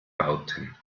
bauten